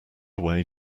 away